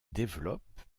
développe